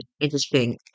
interesting